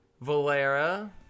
Valera